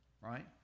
Right